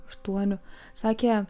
aštuonių sakė